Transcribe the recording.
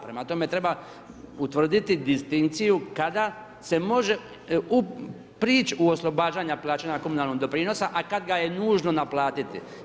Prema tome treba utvrditi distinkciju, kada se može prići u oslobađanje plaćanja komunalnog doprinosa, a kad ga je nužno naplatiti.